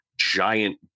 Giant